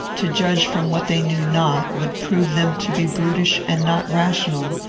to judge from what they knew not, would prove them to be brutish and not rational,